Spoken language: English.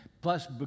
plus